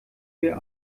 wir